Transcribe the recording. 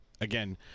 Again